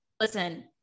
listen-